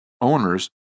owners